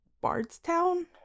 Bardstown